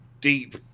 deep